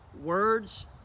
Words